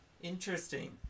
Interesting